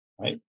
Right